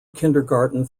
kindergarten